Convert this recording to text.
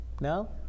No